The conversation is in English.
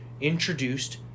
introduced